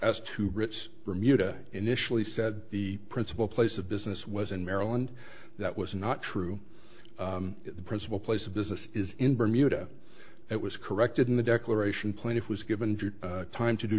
as to brit's remuda initially said the principal place of business was in maryland that was not true the principal place of business is in bermuda it was corrected in the declaration plaintiff was given time to do